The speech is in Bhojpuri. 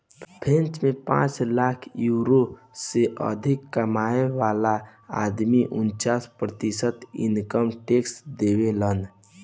फ्रेंच में पांच लाख यूरो से अधिक कमाए वाला आदमी उनन्चास प्रतिशत इनकम टैक्स देबेलन